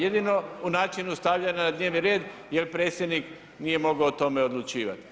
Jedino u načinu stavljanju na dnevni red jer predsjednik nije mogao o tome odlučivat.